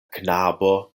knabo